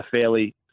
fairly